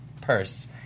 purse